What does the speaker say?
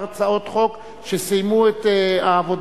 הצעת חוק התקשורת (המשך שידורי חדשות מקומיות בטלוויזיה)